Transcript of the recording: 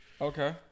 Okay